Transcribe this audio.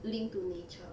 linked to nature